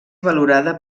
valorada